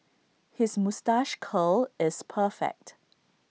his moustache curl is perfect